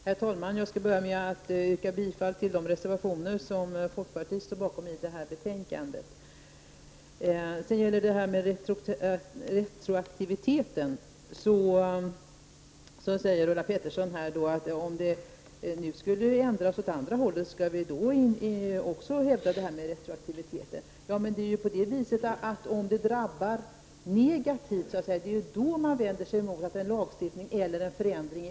Herr talman! Jag skall börja med att yrka bifall till de reservationer i det här betänkandet som folkpartiet står bakom. När det gäller retroaktiviteten: Ulla Pettersson säger att om vi nu skulle ändra dessa regler åt andra hållet, skall vi då hävda retroaktiviteten. Men om retroaktiviteten negativt drabbar den enskilde vänder man sig ju mot en förändring av lagstiftning eller praxis.